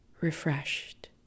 refreshed